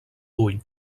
ull